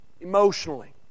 emotionally